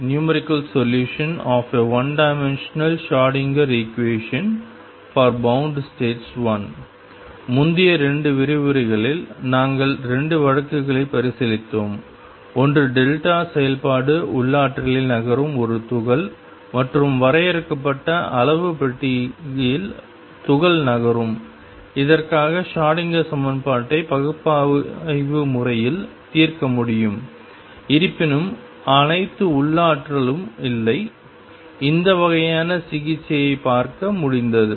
numerical solution of a one dimensional Schrodinger equation for bound states I முந்தைய 2 விரிவுரைகளில் நாங்கள் 2 வழக்குகளை பரிசீலித்தோம் ஒன்று டெல்டா செயல்பாட்டு உள்ளாற்றலில் நகரும் ஒரு துகள் மற்றும் வரையறுக்கப்பட்ட அளவு பெட்டியில் துகள் நகரும் இதற்காக ஷ்ரோடிங்கர் சமன்பாட்டை பகுப்பாய்வு முறையில் தீர்க்க முடியும் இருப்பினும் அனைத்து உள்ளாற்றலும் இல்லை இந்த வகையான சிகிச்சையைப் பார்க்க முடிந்தது